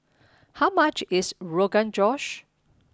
how much is Rogan Josh